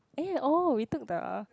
eh oh we took the